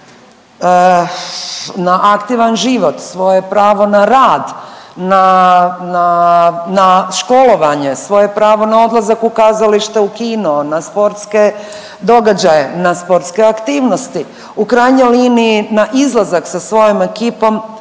na aktivan život, svoje pravo na rad, na, na, na školovanje, svoje pravo na odlazak u kazališta, u kino, na sportske događaje, na sportske aktivnosti. U krajnjoj liniji na izlazak sa svojom ekipom